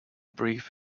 brief